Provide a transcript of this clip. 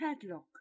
padlock